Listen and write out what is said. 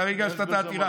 אתה הרי הגשת את העתירה.